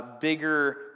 bigger